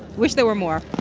wish there were more a